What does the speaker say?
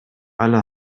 alle